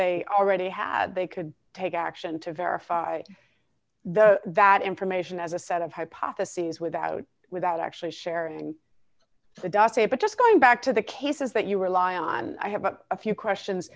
they already had they could take action to verify that that information as a set of hypotheses without without actually sharing the da say but just going back to the cases that you rely on i have a few questions